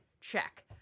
Check